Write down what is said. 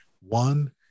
One